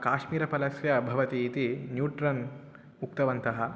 काश्मीरफलस्य भवति इति न्यूट्रन् उक्तवन्तः